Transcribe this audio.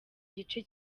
gice